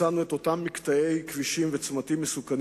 מצאנו את אותם מקטעי כבישים וצמתים מסוכנים